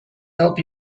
help